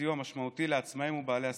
סיוע משמעותי לעצמאים ובעלי עסקים.